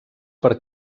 per